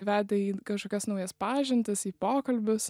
vedė į kažkokias naujas pažintis į pokalbius